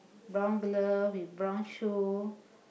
brown glove with brown shoe